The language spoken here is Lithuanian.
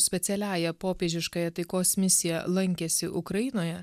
specialiąja popiežiškąja taikos misija lankėsi ukrainoje